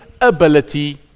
ability